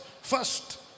first